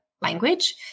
language